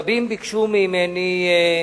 רבים ביקשו ממני,